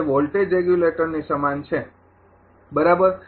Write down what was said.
તે વોલ્ટેજ રેગ્યુલેટરની સમાન છે બરાબર